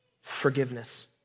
forgiveness